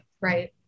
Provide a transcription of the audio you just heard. right